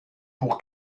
pour